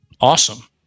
Awesome